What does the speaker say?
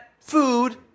food